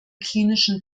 klinischen